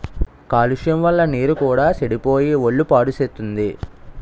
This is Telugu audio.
కాలుష్యం వల్ల నీరు కూడా సెడిపోయి ఒళ్ళు పాడుసేత్తుంది